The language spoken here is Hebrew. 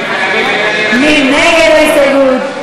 מי נגד ההסתייגות?